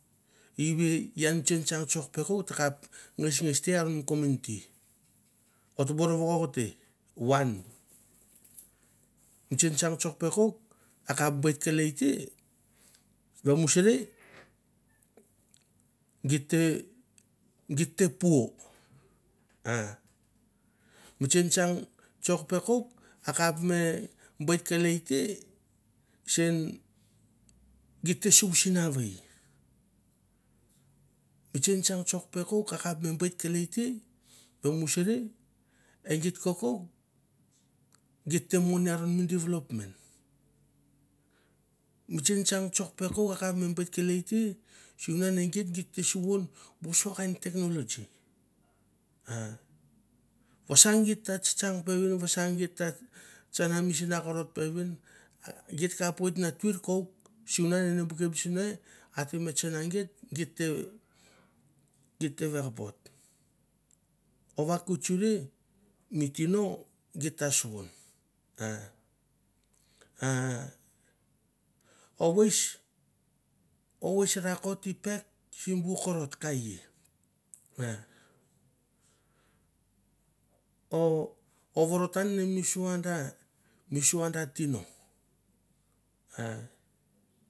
Ive iwe ian tsingtsang tsok peko tekap ngesnges te ian mi community oter barr votete wan mi tsintsang tsok peko akap wait kelei te vemusare gitegite po a mi tsing tsang koukpeko e wait kalei te sen gita suk sinawaei mi tsingtsang koukpeko akap me buet kelei te wemuraei egaet kokouk gete mon. Aren me development bu tsing tsang tsok pekou m buet kelei te gite suon busnakain technology a vasangit ta tsa tsang pevin vassangit ta tsana misna korot pevin gitakap wait na tur koup suna enabu eterme tsana get geta watapot mi tino geta sun a o wais o wais rakot i pek bu kovot kawe ma o ovovot ne mi suada mi sua da tino